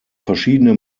verschiedene